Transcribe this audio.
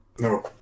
No